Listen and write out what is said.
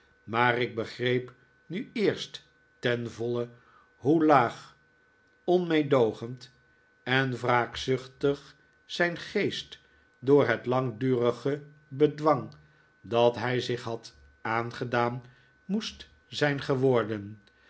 maar ik begreep nu eerst ten voile hoe laag onmeedoogend en wraakzuchtig zijn geest door het langdurige bedwang dat hij zich had aangedaan moest zijn geworden